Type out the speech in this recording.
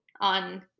on